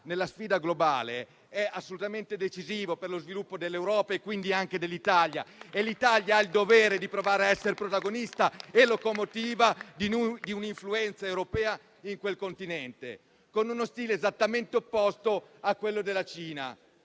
nella sfida globale è assolutamente decisiva per lo sviluppo dell'Europa e quindi anche dell'Italia. L'Italia ha il dovere di provare a essere protagonista e locomotiva di un'influenza europea in quel Continente, con uno stile esattamente opposto a quello della Cina,